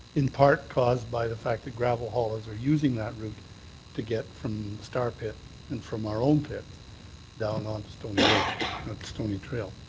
in part caused by the fact that gravel haulers are using that route to get from star pit and from our own pit down on to stoney stoney trail.